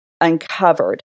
uncovered